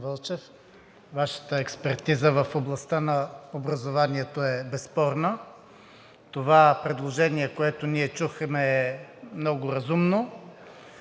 Вашата експертиза в областта на образованието е безспорна. Това предложение, което ние чухме, е много разумно.